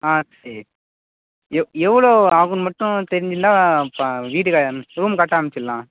ஆ சரி எவ் எவ்வளோ ஆகும்னு மட்டும் தெரிஞ்சதுன்னா இப்போ வீட்டுக்கு ரூம் கட்ட ஆரம்பிச்சிடலாம்